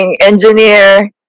engineer